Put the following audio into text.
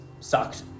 Sucked